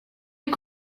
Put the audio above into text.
est